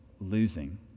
losing